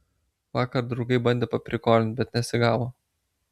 vakar draugai bandė paprikolint bet nesigavo